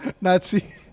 Nazi